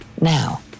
Now